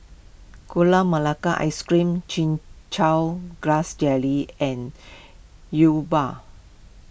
Gula Melaka Ice Cream Chin Chow Grass Jelly and Yi Bua